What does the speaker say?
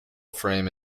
frame